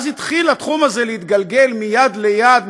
ואז התחיל התחום הזה להתגלגל מיד ליד,